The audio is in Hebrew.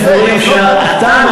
יש דברים שאתה,